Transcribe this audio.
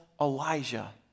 Elijah